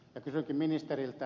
kysynkin ministeriltä